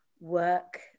work